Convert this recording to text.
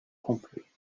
complet